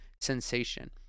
sensation